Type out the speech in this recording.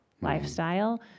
lifestyle